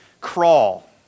crawl